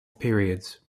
periods